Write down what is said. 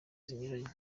zinyuranye